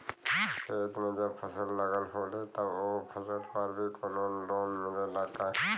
खेत में जब फसल लगल होले तब ओ फसल पर भी कौनो लोन मिलेला का?